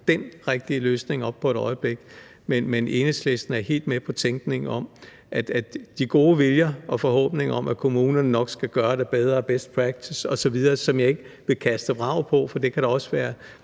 dén rigtige løsning op på et øjeblik, men Enhedslisten er helt med på tænkningen om, at de gode viljer og forhåbninger om, at kommunerne nok skal gøre det bedre, best practise osv., som jeg ikke vil kaste vrag på, for det kan der også være